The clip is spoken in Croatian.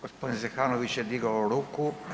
Gospodin Zekanović je digao ruku.